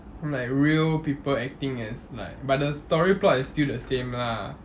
like real people acting as like but the story plot is still the same lah